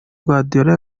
guardiola